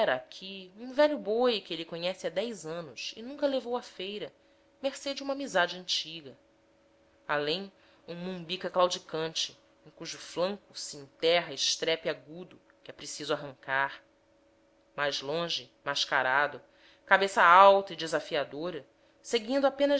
aqui um velho boi que ele conhece há dez anos e nunca levou à feira mercê de uma amizade antiga além um mumbica claudicante em cujo flanco se enterra estrepe agudo que é preciso arrancar mais longe mascarado cabeça alta e desafiadora seguindo apenas